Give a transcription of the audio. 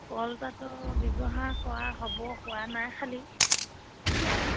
কলতাঁতৰ ব্যৱহাৰ কৰা হ'ব হোৱা নাই খালী কলতাঁত